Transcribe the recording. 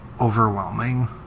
overwhelming